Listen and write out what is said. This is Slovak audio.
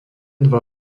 dva